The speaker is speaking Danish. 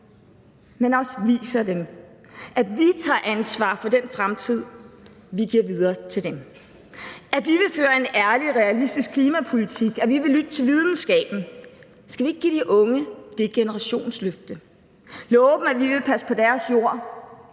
men også viser dem, at vi tager ansvar for den fremtid, vi giver videre til dem, og at vi vil føre en ærlig, realistisk klimapolitik og lytte til videnskaben? Skal vi ikke give de unge det generationsløfte og love dem, at vi vil passe på deres jord,